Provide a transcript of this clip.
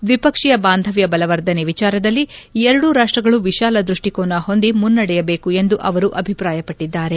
ದ್ವಿಪಕ್ಷೀಯ ಬಾಂಧವ್ಯ ಬಲವರ್ಧನೆ ವಿಚಾರದಲ್ಲಿ ಎರಡೂ ರಾಷ್ಟಗಳು ವಿಶಾಲ ದೃಷ್ಟಿಕೋನ ಹೊಂದಿ ಮುನ್ನಡೆಯಬೇಕು ಎಂದು ಅವರು ಅಭಿಪ್ರಾಯಪಟ್ಟದ್ದಾರೆ